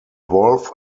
wolf